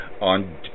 On